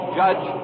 judge